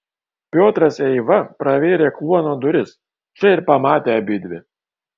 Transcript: piotras eiva pravėrė kluono duris čia ir pamatė abidvi